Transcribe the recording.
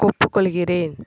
ஒப்புக்கொள்கிறேன்